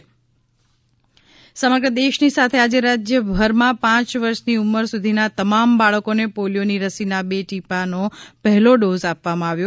polio રવિવાર સમગ્ર દેશની સાથે આજે રાજ્યભરમાં પાંચ વર્ષની ઉંમર સુધીના તમામ બાળકોને પોલિયોની રસીનાં બે ટીપાનો પહેલો ડોઝ આપવામાં આવ્યો